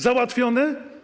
Załatwione?